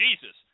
Jesus